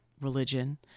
religion